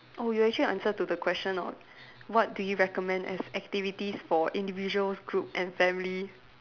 oh you actually answer to the question on what do you recommend as activities for individuals group and families